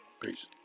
Peace